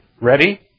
Ready